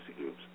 groups